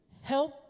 help